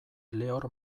lehor